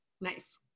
Nice